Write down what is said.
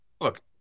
look